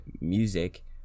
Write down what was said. music